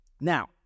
Now